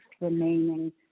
remaining